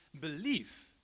belief